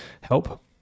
help